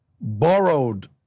borrowed